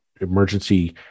Emergency